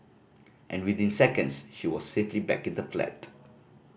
and within seconds she was safely back in the flat